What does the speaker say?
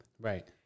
Right